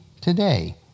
today